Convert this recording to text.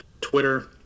twitter